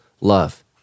love